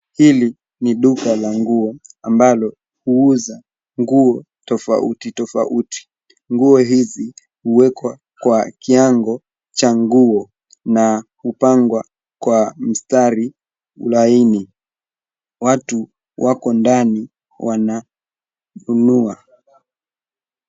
Hili ni duka la nguo ambalo huuza nguo tofauti tofauti. Nguo hizi huwekwa kwenye kiango cha nguo na kupangwa kwa mstari laini. Watu wako ndani wananunua.